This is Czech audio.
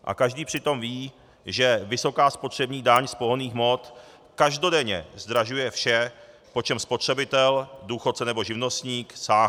A každý přitom ví, že vysoká spotřební daň z pohonných hmot každodenně zdražuje vše, po čem spotřebitel, důchodce nebo živnostník sáhne.